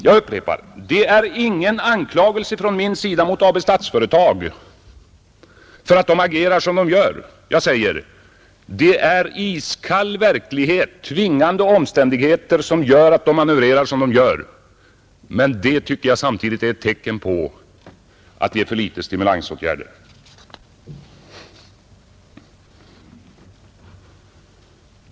Jag upprepar: Det är ingen anklagelse från min sida mot Statsföretag AB för att företaget agerar som det gör. Jag säger: Det är iskall verklighet och tvingande omständigheter som åstadkommer att företaget manövrerar som det gör, men det tycker jag samtidigt är ett tecken på att stimulansåtgärderna är för få.